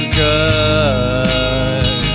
good